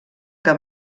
que